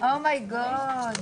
מוצאים קורבן אחר.